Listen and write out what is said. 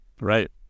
Right